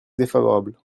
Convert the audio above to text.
défavorable